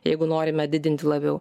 jeigu norime didinti labiau